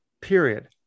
period